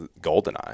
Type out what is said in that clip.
Goldeneye